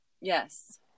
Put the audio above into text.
Yes